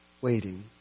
waiting